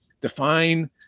define